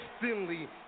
Finley